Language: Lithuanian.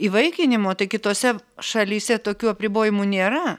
įvaikinimo tai kitose šalyse tokių apribojimų nėra